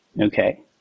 Okay